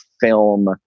film